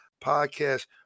podcast